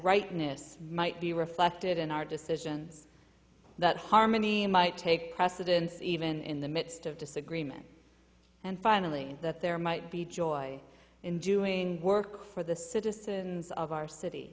miss might be reflected in our decisions that harmony might take precedence even in the midst of disagreement and finally that there might be joy in doing work for the citizens of our city